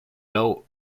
law